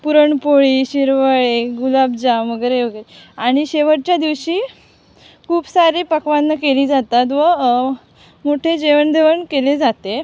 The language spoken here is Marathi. पुरणपोळी शिरवाळे गुलाबजाम वगैरे वगैरे आणि शेवटच्या दिवशी खूप सारे पक्वान्न केली जातात व मोठे जेवण देवण केले जाते